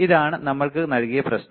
ഇതാണ് നമ്മൾക്ക് നൽകിയ പ്രശ്നം